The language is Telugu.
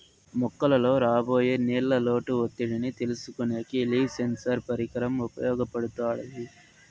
మొక్కలలో రాబోయే నీళ్ళ లోటు ఒత్తిడిని తెలుసుకొనేకి లీఫ్ సెన్సార్ పరికరం ఉపయోగపడుతాది